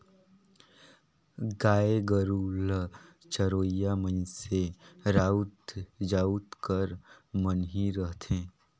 गाय गरू ल चरोइया मइनसे राउत जाएत कर मन ही रहथें